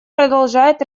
продолжает